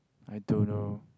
I don't know